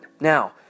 Now